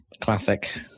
Classic